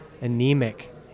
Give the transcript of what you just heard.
anemic